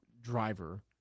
driver